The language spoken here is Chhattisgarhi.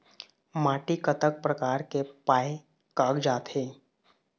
माटी कतक प्रकार के पाये कागजात हे?